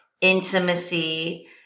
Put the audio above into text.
intimacy